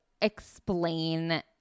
explain